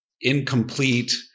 incomplete